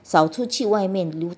少出去外面溜达